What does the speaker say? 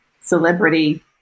celebrity